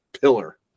pillar